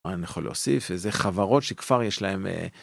אני יכול להוסיף איזה חברות שכבר יש להם.